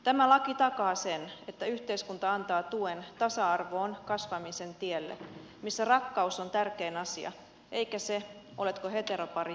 tämä laki takaa sen että yhteiskunta antaa tuen tasa arvoon kasvamisen tielle missä rakkaus on tärkein asia eikä se oletko heteropari kasvavalle lapselle